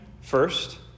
first